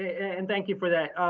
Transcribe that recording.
and thank you for that.